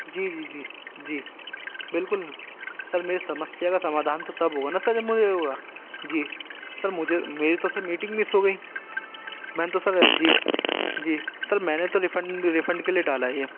جی جی جی جی بالکل سر میرے سمسیا کا سمادھان تو تب ہوگا نا سر جی سر مجھے میری تو سر میٹنگ مس ہو گئی میں نے تو سر جی جی سر میں نے تو ریفن ریفنڈ کے لیے ڈالا ہے یہ